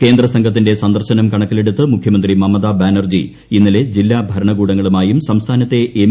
കേന്ദ്രസംഘത്തിന്റെ സന്ദർശനം കണക്കിലെടുത്ത് മുഖ്യമന്ത്രി മമതാ ബാനർജി ഇന്നലെ ജില്ലാ ഭരണകൂടങ്ങളുമായും സംസ്ഥാനത്തെ എം